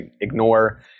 ignore